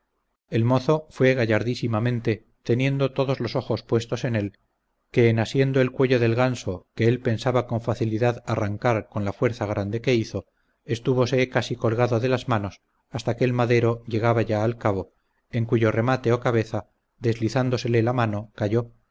el mozo fue gallardísimamente teniendo todos los ojos puestos en él que en asiendo el cuello del ganso que él pensaba con facilidad arrancar con la fuerza grande que hizo estúvose casi colgado de las manos hasta que el madero llegaba ya al cabo en cuyo remate o cabeza deslizándosele la mano cayó